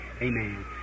Amen